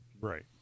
right